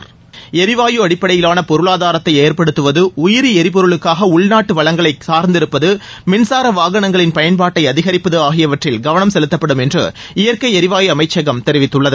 ளிவாயு அடிப்படையிலான பொருளாதாரத்தை ஏற்படுத்துவது உயிரி எரிபொருளுக்காக உள்நாட்டு வளங்களை சார்ந்திருப்பது மின்சார வாகனங்களின் பயன்பாட்டை அதிகரிப்பது ஆகியவற்றில் கவனம் செலுத்தப்படும் என்று இயற்கை எரிவாயு அமைச்சகம் தெரிவித்துள்ளது